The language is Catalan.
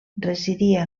residia